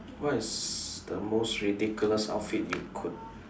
what is the most ridiculous outfit you could